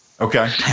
Okay